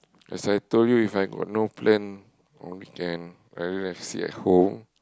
as I told you If I got no plan on weekend rather than sit at home